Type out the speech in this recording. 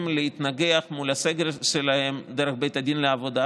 להתנגח מול הצוות שלהם בבית הדין לעבודה,